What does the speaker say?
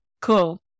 Cool